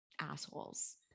assholes